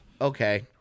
okay